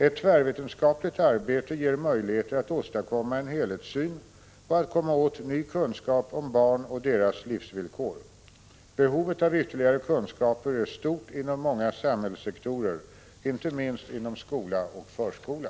Ett tvärvetenskapligt arbete ger möjligheter att åstadkomma en helhetssyn och att komma åt ny kunskap om barn och deras livsvillkor. Behovet av ytterligare kunskaper är stort inom många samhällssektorer, inte minst inom skola och förskola.